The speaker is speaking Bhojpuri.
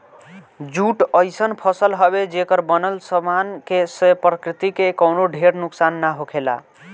जूट अइसन फसल हवे, जेकर बनल सामान से प्रकृति के कवनो ढेर नुकसान ना होखेला